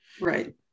Right